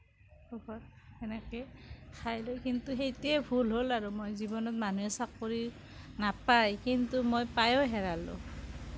সুখত তেনেকেই খাই লৈ কিন্তু সেইটোৱেই ভুল হ'ল আৰু জীৱনত মানুহে চাকৰি নাপায় কিন্তু মই পায়ো হেৰালোঁ